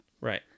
Right